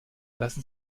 lassen